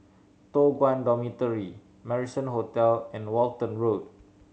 Toh Guan Dormitory Marrison Hotel and Walton Road